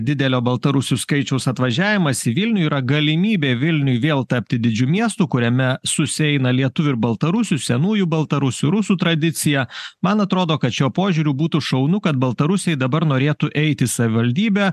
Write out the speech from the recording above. didelio baltarusių skaičiaus atvažiavimas į vilnių yra galimybė vilniui vėl tapti didžiu miestu kuriame susieina lietuvių ir baltarusių senųjų baltarusių rusų tradicija man atrodo kad šiuo požiūriu būtų šaunu kad baltarusiai dabar norėtų eiti į savivaldybę